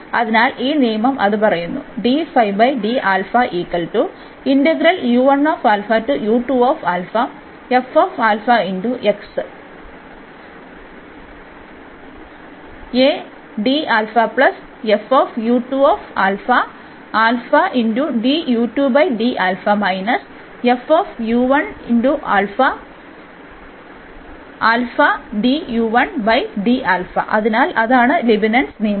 അതിനാൽ ഈ നിയമം അത് പറയുന്നു അതിനാൽ അതാണ് ലെബ്നിറ്റ്സ് നിയമം